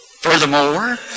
Furthermore